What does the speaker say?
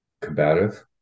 combative